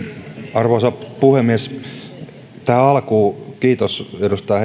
arvoisa puhemies tähän alkuun kiitos edustaja